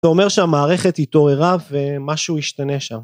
אתה אומר שהמערכת התעוררה ומשהו ישתנה שם.